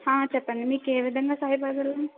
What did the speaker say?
చెప్పండి మీకు ఏ విధంగా సహాయపడగలను